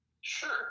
Sure